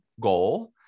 goal